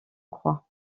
croit